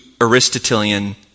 Aristotelian